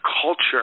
culture